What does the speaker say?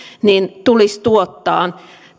tulisi tuottamaan